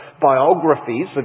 biographies